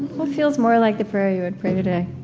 but feels more like the prayer you would pray today?